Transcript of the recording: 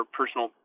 personal